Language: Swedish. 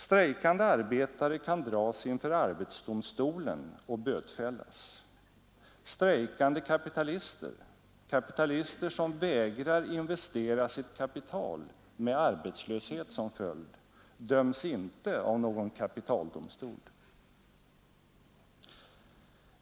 Strejkande arbetare kan dras inför arbetsdomstolen och bötfällas. Strejkande kapitalister kapitalister som vägrar investera sitt kapital, med arbetslöshet som följd — döms inte av någon kapitaldomstol.